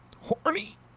Horny